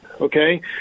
okay